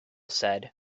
said